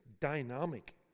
dynamic